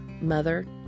mother